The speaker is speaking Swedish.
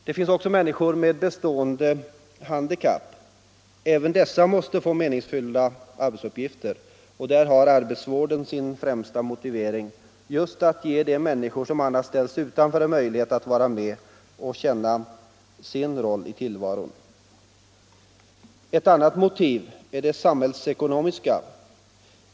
Det finns också människor med bestående handikapp. Även dessa måste få meningsfyllda arbetsuppgifter. Där har arbetsvården sin främsta motivering, nämligen just att ge de människor som annars ställs utanför en möjlighet att vara med och känna sin roll i tillvaron. Ett annat motiv är det samhällsekonomiska.